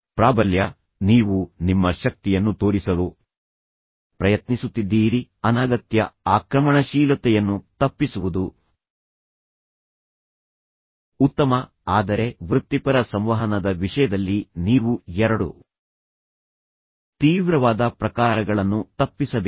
ಪ್ರಾಬಲ್ಯ ನೀವು ನಿಮ್ಮ ಶಕ್ತಿಯನ್ನು ತೋರಿಸಲು ಪ್ರಯತ್ನಿಸುತ್ತಿದ್ದೀರಿ ಅನಗತ್ಯ ಆಕ್ರಮಣಶೀಲತೆಯನ್ನು ತಪ್ಪಿಸುವುದು ಉತ್ತಮ ಆದರೆ ವೃತ್ತಿಪರ ಸಂವಹನದ ವಿಷಯದಲ್ಲಿ ನೀವು ಎರಡು ತೀವ್ರವಾದ ಪ್ರಕಾರಗಳನ್ನು ತಪ್ಪಿಸಬೇಕು